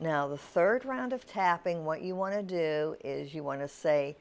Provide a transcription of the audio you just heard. now the third round of tapping what you want to do is you want to say